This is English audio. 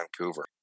Vancouver